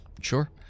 Sure